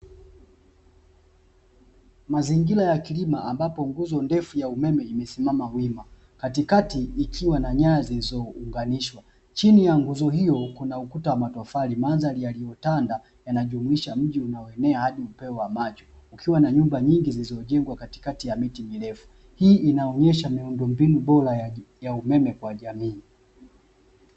Mazingira ya kilima ambapo nguzo ndefu ya umeme imesimama wima, katikati ikiwa na nyaya iliyounganishwa, chini ya nguzo hiyo kuna ukuta wa matofali, mandhali yaliyotanda yanajumuisha mji unaoenea hadi upeo wa macho, ukiwa na nyumba nyingi zilizojengwa katikati ya miti mirefu, hii inaonesha miundombinu bora ya umeme kwa jamii.